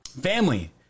family